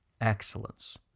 excellence